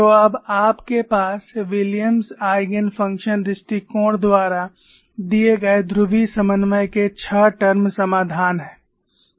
तो अब आप के पास विलियम्स आइगेन फंक्शन दृष्टिकोण द्वारा दिए गए ध्रुवीय समन्वय के छह टर्म समाधान है